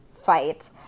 fight